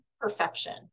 perfection